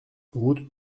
route